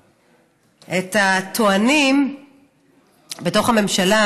ולחזק את הטוענים בתוך הממשלה,